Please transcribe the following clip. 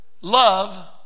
love